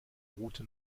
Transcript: route